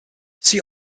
see